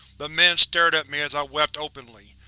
the men stared at me as i wept openly.